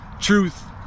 truth